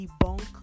debunk